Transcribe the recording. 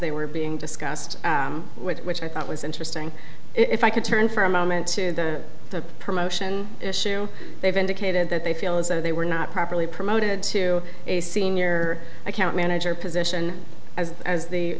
they were being discussed which i thought was interesting if i could turn for a moment to the the promotion issue they've indicated that they feel as though they were not properly promoted to a senior account manager position as as the